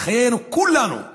על חיי כולנו בנגב,